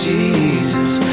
Jesus